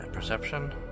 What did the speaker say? Perception